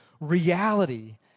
reality